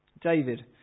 David